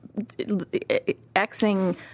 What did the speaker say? Xing